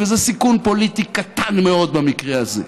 וזה סיכון פוליטי קטן מאוד במקרה הזה,